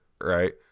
right